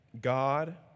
God